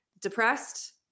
depressed